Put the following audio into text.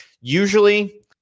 usually